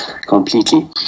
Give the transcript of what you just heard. completely